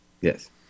yes